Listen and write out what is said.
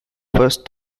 first